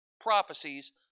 prophecies